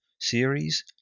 series